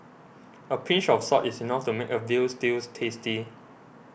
a pinch of salt is enough to make a Veal Stew tasty